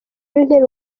w’intebe